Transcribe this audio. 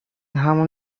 همان